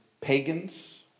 pagans